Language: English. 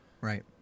Right